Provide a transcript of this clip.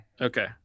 Okay